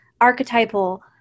archetypal